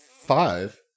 five